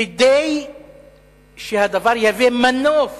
כדי שהדבר יהווה מנוף